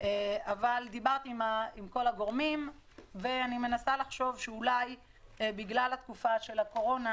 אבל דיברתי עם כל הגורמים ואני מנסה לחשוב שאולי בגלל תקופת הקורונה